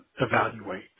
evaluate